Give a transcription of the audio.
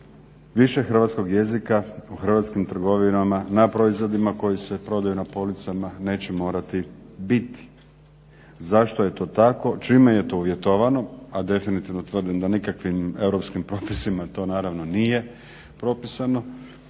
više hrvatskog jezika u hrvatskim trgovinama na proizvodima koji se prodaju na policama neće morati biti. Zašto je to tako? Čime je to uvjetovano? A definitivno tvrdim da nikakvim europskim propisima to naravno nije propisano